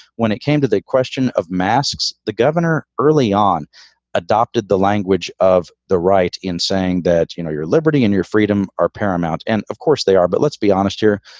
when it came to the question of masks, the governor early on adopted the language of the right in saying that, you know, your liberty and your freedom are paramount. and of course, they are. but let's be honest here.